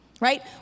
right